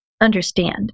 understand